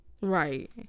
Right